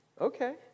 Okay